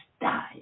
die